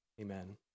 Amen